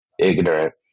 ignorant